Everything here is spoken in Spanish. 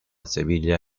sevilla